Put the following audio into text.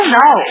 no